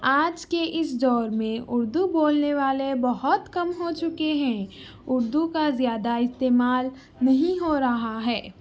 آج کے اِس دور میں اُردو بولنے والے بہت کم ہو چکے ہیں اردو کا زیادہ استعمال نہیں ہو رہا ہے